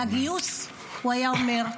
על הגיוס הוא היה אומר: